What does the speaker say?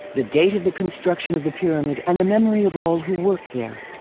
the date of the construction of the pyramid and the memory of all who worked there,